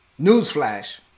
Newsflash